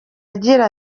agira